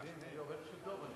תשמע כמה מלים טובות.